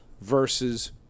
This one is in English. versus